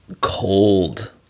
cold